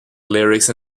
lyrics